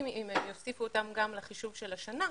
אם הם יוסיפו אותם גם לחישוב של השנה.